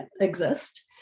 exist